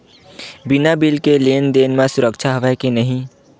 बिना बिल के लेन देन म सुरक्षा हवय के नहीं?